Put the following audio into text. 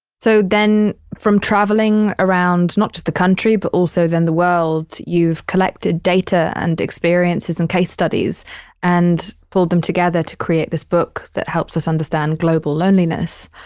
so then from traveling around, not just the country but also then the world, you've collected data and experiences and case studies and pulled them together to create this book that helps us understand global loneliness.